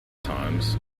times